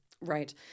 Right